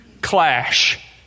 clash